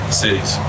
cities